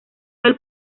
del